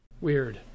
Weird